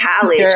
college